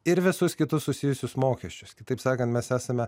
ir visus kitus susijusius mokesčius kitaip sakant mes esame